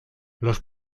los